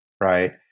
right